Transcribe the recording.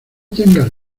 tengas